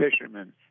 fishermen